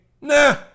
nah